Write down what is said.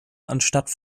anstatt